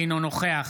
אינו נוכח